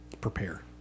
prepare